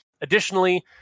Additionally